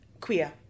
queer